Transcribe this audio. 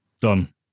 Done